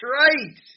right